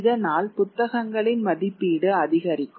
இதனால் புத்தகங்களின் மதிப்பீடு அதிகரிக்கும்